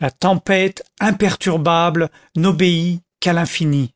la tempête imperturbable n'obéit qu'à l'infini